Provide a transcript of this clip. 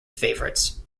favorites